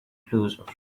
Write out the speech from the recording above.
closer